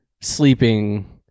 sleeping